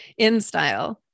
InStyle